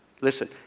Listen